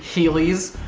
heelys,